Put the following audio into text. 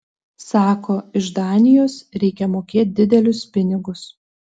sako iš danijos reikia mokėt didelius pinigus